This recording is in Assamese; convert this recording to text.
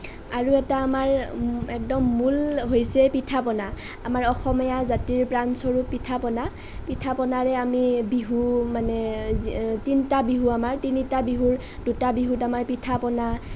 আৰু এটা আমাৰ একদম মূল হৈছে পিঠা পনা আমাৰ অসমীয়া জাতিৰ প্ৰাণ স্বৰূপ পিঠা পনা পিঠা পনাৰে আমি বিহু মানে তিনিটা বিহু আমাৰ তিনিটা বিহুৰ দুটা বিহুত আমাৰ পিঠা পনা